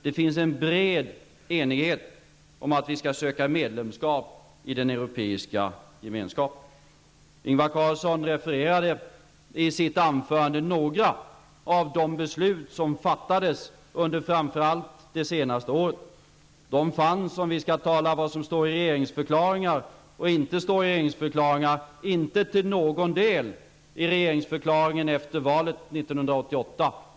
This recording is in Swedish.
Det finns en bred enighet om att vi skall söka medlemskap i den europeiska gemenskapen. Ingvar Carlsson refererade i sitt anförande några av de beslut som fattades under framför allt det senaste året. De fanns -- om vi nu skall tala om vad som står i regeringsförklaringar och vad som inte står där -- inte till någon del i regeringsförklaringen efter valet 1988.